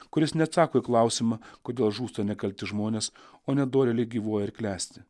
kuris neatsako į klausimą kodėl žūsta nekalti žmonės o nedorėliai gyvuoja ir klesti